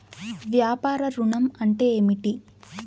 వ్యాపార ఋణం అంటే ఏమిటి?